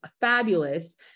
fabulous